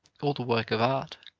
or the work of art,